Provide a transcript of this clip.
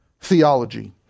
theology